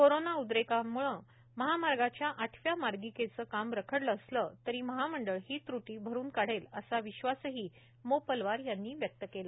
corona उद्रेकामुळे महामार्गाच्या आठव्या मार्गिकेचं काम रखडलं असलं तरी महामंडळ ही त्रुटी भरुन काढेल असा विश्वासही मोपलवार यांनी व्यक्त केला